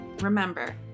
Remember